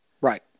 Right